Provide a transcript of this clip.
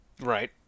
Right